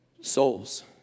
Souls